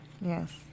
Yes